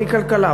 "אני כלכלה".